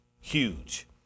huge